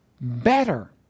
better